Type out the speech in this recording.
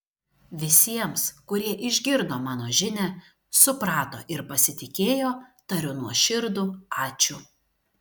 visiems kurie išgirdo mano žinią suprato ir pasitikėjo tariu nuoširdų ačiū